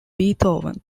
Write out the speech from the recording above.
beethoven